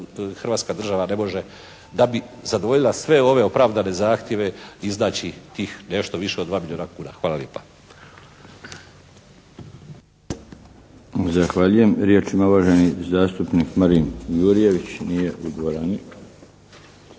Hrvatska država ne može da bi zadovoljila sve ove opravdane zahtjeve, iznaći tih nešto više od 2 milijuna kuna. Hvala lijepa. **Milinović, Darko (HDZ)** Zahvaljujem. Riječ ima uvaženi zastupnik Marin Jurjević. Nije u dvorani.